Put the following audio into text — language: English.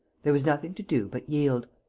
there was nothing to do but yield.